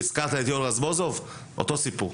הזכרת את יואל רזבוזוב, אותו סיפור.